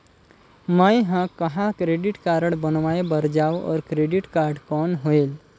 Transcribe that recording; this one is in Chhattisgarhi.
मैं ह कहाँ क्रेडिट कारड बनवाय बार जाओ? और क्रेडिट कौन होएल??